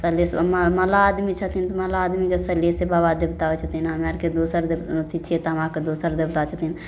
सलहेस मलाह मलाह आदमी छथिन मलाह आदमीके सलहेसे बाबा देवता होइ छथिन हमे आओरके दोसर देव अथी छिए तऽ दोसर देवता छथिन